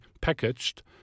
packaged